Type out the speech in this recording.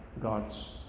God's